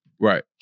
Right